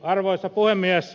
arvoisa puhemies